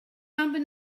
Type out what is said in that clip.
number